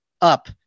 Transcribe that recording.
up